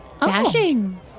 Dashing